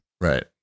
right